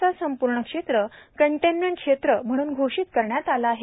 चे संपूर्ण क्षेत्र कंटेनमेंट क्षेत्र म्हणून घोषित करण्यांत आले आहे